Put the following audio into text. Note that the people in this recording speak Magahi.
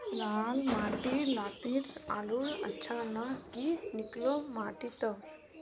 लाल माटी लात्तिर आलूर अच्छा ना की निकलो माटी त?